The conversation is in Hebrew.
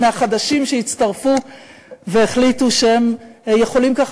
מהחדשים שהצטרפו והחליטו שהם יכולים ככה